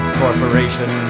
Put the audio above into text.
corporation